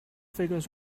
figures